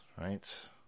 Right